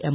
M